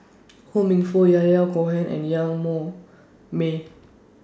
Ho Minfong Yahya Cohen and Yan Mong May